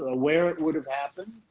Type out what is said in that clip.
ah where it would have happened.